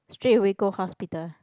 straightaway go hospital